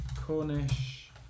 Cornish